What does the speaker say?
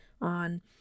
on